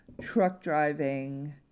truck-driving